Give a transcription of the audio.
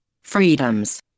freedoms